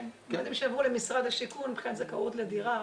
כן, שעברו למשרד השיכון מבחינת זכאות לדירה.